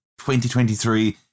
2023